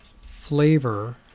flavor